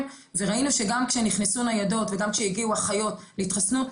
וראינו שגם כשנכנסו ניידות וגם כשהגיעו אחיות להתחסנות,